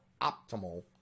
optimal